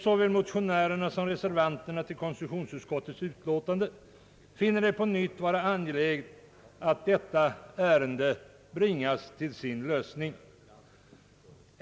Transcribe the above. Såväl motionärerna som reservanterna till konstitutionsutskottets utlåtande finner det på nytt vara angeläget att detta ärende bringas till sin lösning.